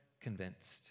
convinced